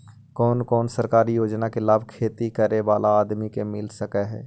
कोन कोन सरकारी योजना के लाभ खेती करे बाला आदमी के मिल सके हे?